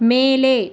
மேலே